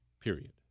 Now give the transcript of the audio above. period